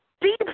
deep